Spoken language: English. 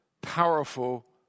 powerful